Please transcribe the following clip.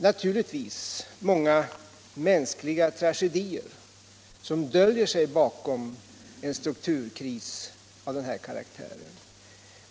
Naturligtvis döljer sig många mänskliga tragedier bakom en strukturkris av den här karaktären.